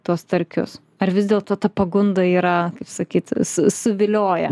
tuos starkius ar vis dėlto ta pagunda yra kaip sakyt su suvilioja